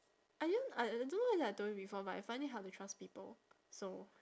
I didn't I I don't know whether I told you before but I find it hard to trust people so